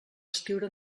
escriure